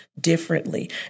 differently